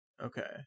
Okay